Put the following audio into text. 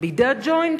בידי ה"ג'וינט",